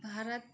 Bharat